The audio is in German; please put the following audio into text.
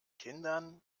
kindern